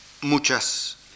muchas